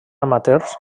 amateurs